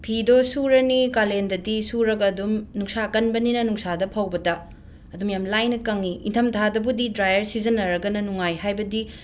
ꯐꯤꯗꯣ ꯁꯨꯔꯅꯤ ꯀꯥꯂꯦꯟꯗꯗꯤ ꯁꯨꯔꯒ ꯑꯗꯨꯝ ꯅꯨꯡꯁꯥ ꯀꯟꯕꯅꯤꯅ ꯅꯨꯡꯁꯥꯗ ꯐꯧꯕꯗ ꯑꯗꯨꯝ ꯌꯥꯝꯅ ꯂꯥꯏꯅ ꯀꯪꯉꯤ ꯏꯪꯊꯝ ꯊꯥꯗꯕꯨꯗꯤ ꯗ꯭ꯔꯥꯏꯌꯔ ꯁꯤꯖꯤꯟꯔꯒꯅ ꯅꯨꯡꯉꯥꯏ ꯍꯥꯏꯕꯗꯤ